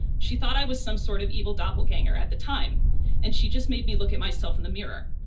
she thought i was some sort of evil doppelganger at the time and she just made me look at myself in the mirror.